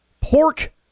pork